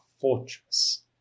fortress